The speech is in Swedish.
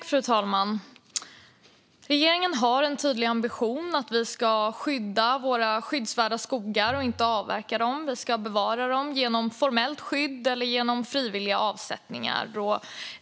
Fru talman! Regeringen har en tydlig ambition att vi ska skydda våra skyddsvärda skogar och inte avverka dem. Vi ska bevara dem genom formellt skydd eller genom frivilliga avsättningar.